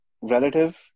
relative